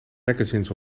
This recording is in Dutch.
magazines